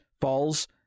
falls